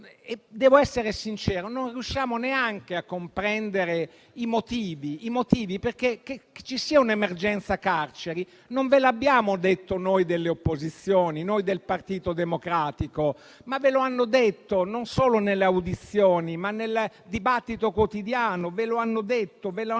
Devo essere sincero, non riusciamo neanche a comprendere i motivi, perché che ci sia un'emergenza carceri non ve l'abbiamo detto noi delle opposizioni, noi del Partito Democratico, ma ve lo hanno detto non solo nelle audizioni, ma nel dibattito quotidiano, i garanti delle carceri,